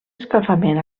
escalfament